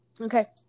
Okay